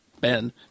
Ben